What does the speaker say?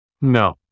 No